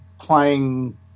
playing